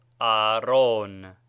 aaron